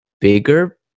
bigger